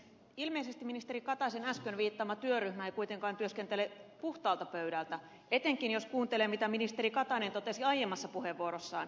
ilmeisesti ministeri kataisen äsken viittaama työryhmä ei kuitenkaan työskentele puhtaalta pöydältä etenkin jos kuuntelee mitä ministeri katainen totesi aiemmassa puheenvuorossaan